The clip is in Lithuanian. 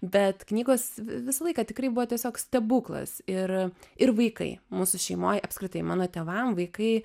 bet knygos visą laiką tikrai buvo tiesiog stebuklas ir ir vaikai mūsų šeimoj apskritai mano tėvam vaikai